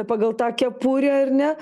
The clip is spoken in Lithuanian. pagal tą kepurę ar ne